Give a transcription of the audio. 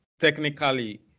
technically